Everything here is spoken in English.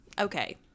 Okay